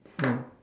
mm